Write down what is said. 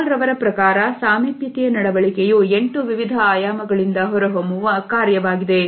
ಹಾಲ್ ರವರ ಪ್ರಕಾರ ಸಾಮೀಪ್ಯತೆಯ ನಡವಳಿಕೆಯು 8 ವಿವಿಧ ಆಯಾಮಗಳಿಂದ ಹೊರಹೊಮ್ಮುವ ಕಾರ್ಯವಾಗಿದೆ